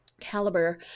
caliber